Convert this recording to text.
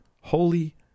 holy